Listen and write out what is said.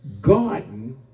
garden